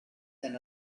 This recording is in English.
than